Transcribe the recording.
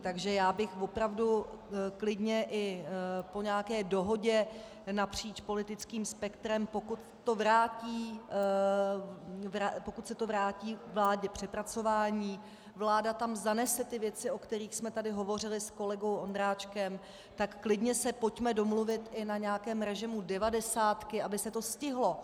Takže já bych opravdu klidně i po nějaké dohodě napříč politickým spektrem, pokud se to vrátí vládě k přepracování, vláda tam zanese ty věci, o kterých jsme tady hovořili s kolegou Ondráčkem, tak klidně se pojďme domluvit i na nějakém režimu devadesátky, aby se to stihlo.